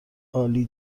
عالی